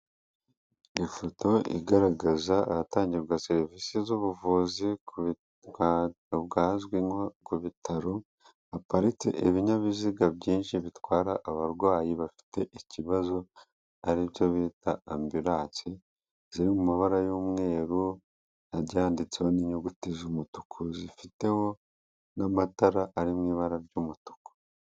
Ifoto igaragaza ahatangirwa serivisi z'ubuvuzi ku bwazwi nko ku bitaro haparitse ibinyabiziga byinshi bitwara abarwayi bafite ikibazo ari byo bita ambilance ziri mu mabara y'umweru agiye yanditseho n'inyuguti z'umutuku zifiteho n'amatara ari mu ibara ry'umutuku.